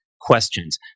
questions